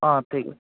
অঁ ঠিক